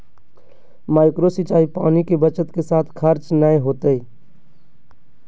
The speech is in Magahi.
माइक्रो सिंचाई पानी के बचत के साथ खर्च नय होतय